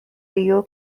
rio